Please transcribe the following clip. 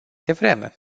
devreme